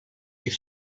est